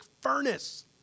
furnace